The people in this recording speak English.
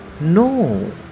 No